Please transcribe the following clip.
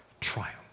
triumph